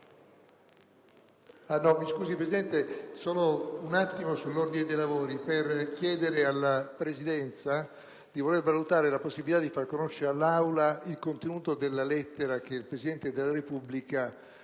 Signora Presidente, intervengo per chiedere alla Presidenza di voler valutare la possibilità di far conoscere all'Aula il contenuto della lettera che il Presidente della Repubblica